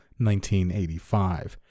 1985